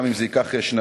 גם אם זה ייקח שנתיים,